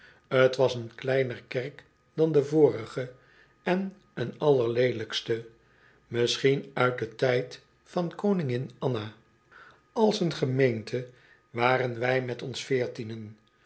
t was een kleiner kerk dan de vorige en een allerleelijkste misschien uit den tijd van koningin anna als een gemeente waren wij met ons veertienen